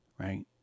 Right